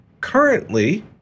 Currently